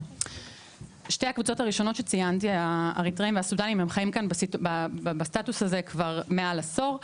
שתי הקבוצות הראשונות האריתראים והסודנים חיים בסטטוס הזה מעל עשור,